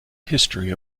history